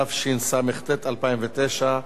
התשס"ט 2009,